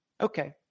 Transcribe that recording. Okay